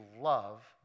love